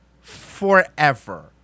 Forever